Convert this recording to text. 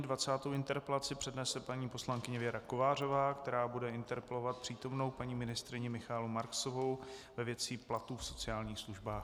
Dvacátou interpelaci přednese paní poslankyně Věra Kovářová, která bude interpelovat přítomnou paní ministryni Michaelu Marksovou ve věci platů v sociálních službách.